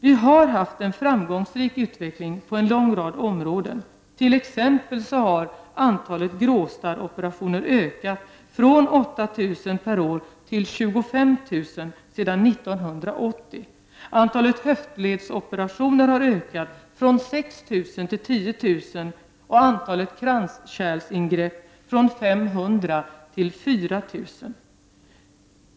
Vi har haft en framgångsrik utveckling på en lång rad områden. T.ex. har antalet gråstarrsoperationer sedan 1980 ökat från 8 000 per år till 25 000 per år. Antalet höftledsoperationer har ökat från 6 000 till 10000 per år, och antalet kranskärlsingrepp från 500 till 4000 per år.